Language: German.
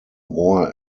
rohr